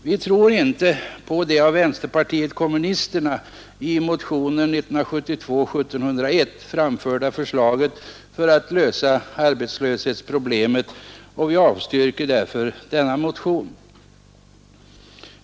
Vi tror inte på det av vänsterpartiet kommunisterna i motionen 1701 år 1972 framförda förslaget till en lösning av arbetslöshetsproblemet och avstyrker därför denna motion.